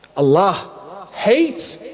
allah hates,